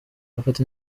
afata